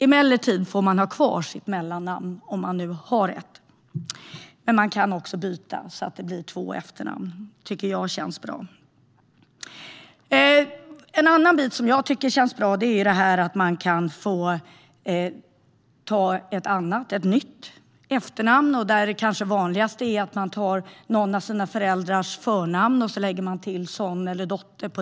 Emellertid får man ha kvar sitt mellannamn om man har ett, men man kan också byta så att det blir två efternamn. Det känns bra. Något annat som känns bra är att man kan få ta ett nytt efternamn. Det vanligaste är kanske att man tar någon av sina föräldrars förnamn och lägger till son eller dotter.